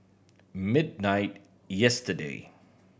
midnight yesterday